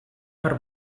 per